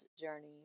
journey